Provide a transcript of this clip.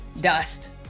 dust